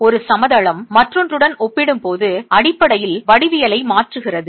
ஒரு சமதளம் மற்றொன்றுடன் ஒப்பிடும்போது அடிப்படையில் வடிவியலை மாற்றுகிறது